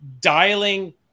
dialing